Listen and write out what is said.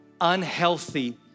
unhealthy